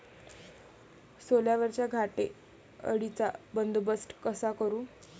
सोल्यावरच्या घाटे अळीचा बंदोबस्त कसा करू?